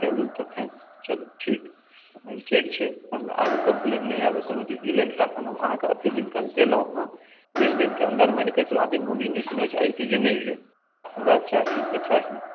चलू तखन चलू ठीक तखन ठीक छै हमरा आगू कम्प्लैंट नहि आबय कोनो चीजके लेल तखन हम अहाँके एतेक दिन देलहुँ हेँ बीस दिनके अन्दरमे एकैसमा दिन हम ई नहि सुनय चाहैत छी जे नहि भेल हमरा चाही तऽ चाही